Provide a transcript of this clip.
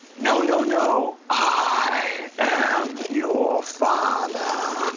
no, no, no, i am your father.